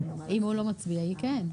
אם הוא לא מצביע, היא כן.